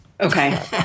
okay